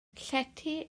llety